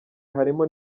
harimo